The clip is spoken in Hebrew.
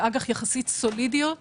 שהוא אג"ח סולידיות יחסית,